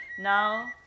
Now